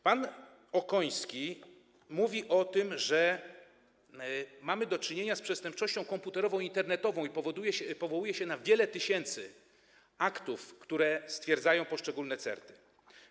Pan Okoński mówi o tym, że mamy do czynienia z przestępczością komputerowo-internetową, i powołuje się na wiele tysięcy aktów, które stwierdzają poszczególne CERT-y.